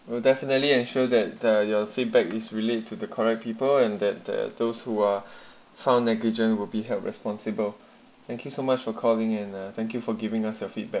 we definitely ensure that their their feedback is relayed to the correct people and that there are those who are found negligent will be held responsible and kiss so much for calling and a thank you for giving us your feedback